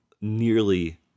nearly